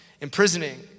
imprisoning